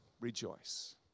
Rejoice